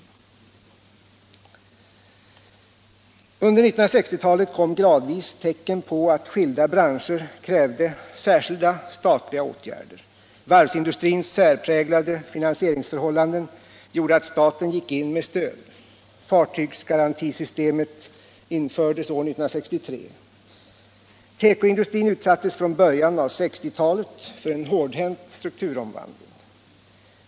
Under 1960-talet kom gradvis tecken på att skilda branscher krävde särskilda statliga åtgärder. Varvsindustrins särpräglade finansieringsförhållanden gjorde att staten gick in med stöd. Fartygsgarantisystemet in Tekoindustrin utsattes från början av 1960-talet för en hårdhänt strukturomvandling.